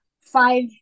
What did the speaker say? five